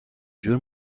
جور